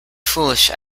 foolish